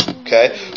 Okay